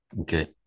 Okay